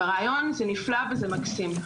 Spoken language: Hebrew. ברעיון זה יפה, נפלא ומקסים.